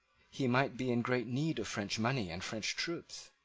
he might be in great need of french money and french troops.